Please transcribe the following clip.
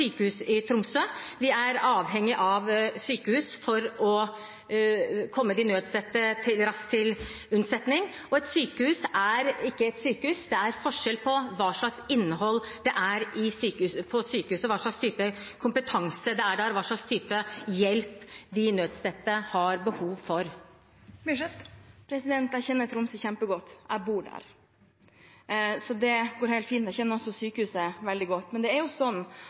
i Tromsø. Vi er avhengig av sykehus for å komme de nødstedte raskt til unnsetning. Og et sykehus er ikke et sykehus; det er forskjell på hva slags innhold det er i sykehuset, hva slags type kompetanse det er der, og hva slags type hjelp de nødstedte har behov for. Cecilie Myrseth – til oppfølgingsspørsmål. Jeg kjenner Tromsø kjempegodt, jeg bor der. Så det går helt fint. Jeg kjenner også sykehuset veldig godt. Men det er jo sånn